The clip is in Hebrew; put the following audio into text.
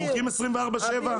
פורקים 24/7?